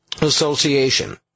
Association